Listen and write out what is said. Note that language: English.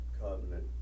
covenant